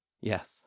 yes